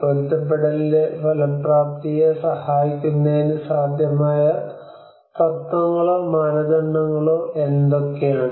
പൊരുത്തപ്പെടുത്തലിന്റെ ഫലപ്രാപ്തിയെ സഹായിക്കുന്നതിന് സാധ്യമായ തത്വങ്ങളോ മാനദണ്ഡങ്ങളോ എന്തൊക്കെയാണ്